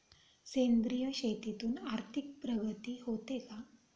सेंद्रिय शेतीतून आर्थिक प्रगती होते का?